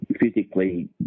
physically